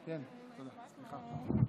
אדוני היושב-ראש, חברי השרים, חבריי חברי הכנסת,